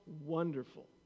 wonderful